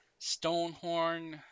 Stonehorn